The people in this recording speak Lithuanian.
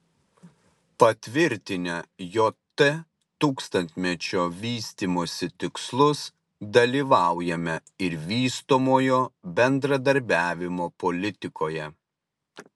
patvirtinę jt tūkstantmečio vystymosi tikslus dalyvaujame ir vystomojo bendradarbiavimo politikoje